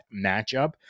matchup